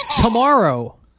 tomorrow